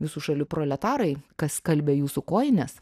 visų šalių proletarai kas skalbia jūsų kojines